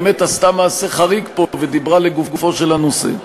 באמת עשתה מעשה חריג פה ודיברה לגופו של הנושא.